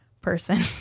person